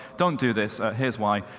don't do this. here's why.